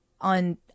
on